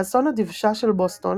באסון הדבשה של בוסטון